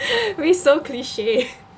we so cliche